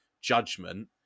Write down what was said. judgment